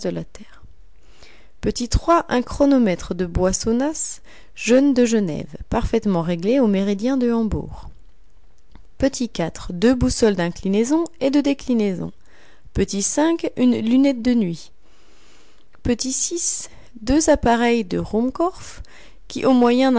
la terre o un chronomètre de boissonnas jeune de genève parfaitement réglé au méridien de hambourg o deux boussoles d'inclinaison et de déclinaison o une lunette de nuit o deux appareils de ruhmkorff qui au moyen